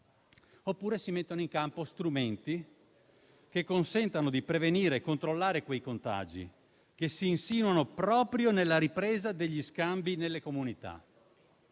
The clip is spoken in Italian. oppure si mettono in campo strumenti che consentano di prevenire e controllare quei contagi, che si insinuano proprio nella ripresa degli scambi nelle comunità.